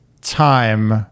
time